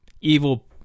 evil